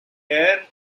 air